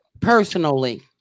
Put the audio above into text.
Personally